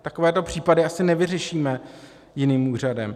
Takovéto případy asi nevyřešíme jiným úřadem.